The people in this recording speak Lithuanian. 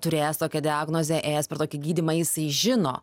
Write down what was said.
turėjęs tokią diagnozę ėjęs per tokį gydymą jisai žino